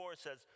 says